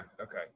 Okay